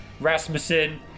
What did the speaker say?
Rasmussen